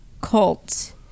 cult